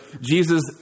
Jesus